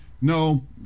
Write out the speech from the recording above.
no